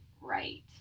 right